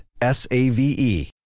S-A-V-E